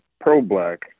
pro-black